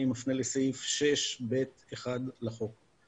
אני מפנה לסעיף 6(ב)(1) לחוק.